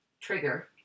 trigger